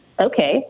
okay